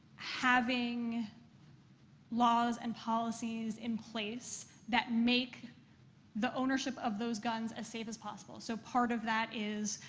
having laws and policies in place that make the ownership of those guns as safe as possible. so part of that is,